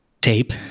tape